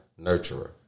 nurturer